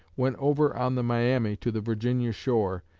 went over on the miami to the virginia shore,